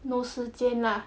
no 时间 lah